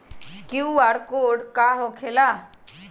एकर QR code का होकेला?